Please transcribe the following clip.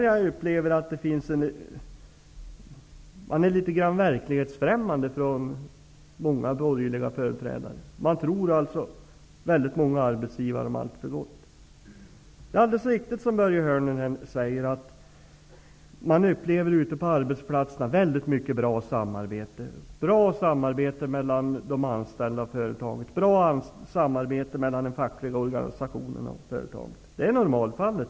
Jag upplever att många borgerliga företrädare är litet verklighetsfrämmande. Man tror väldigt många arbetsgivare om alltför gott. Det är helt riktigt som Börje Hörnlund säger att man ute på arbetsplatserna upplever mycket bra samarbete -- mellan de anställda och företaget och mellan den fackliga organisationen och företaget. Det är normalfallet.